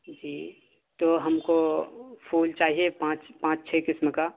جی تو ہم کو پھول چاہیے پانچ پانچ چھ قسم کا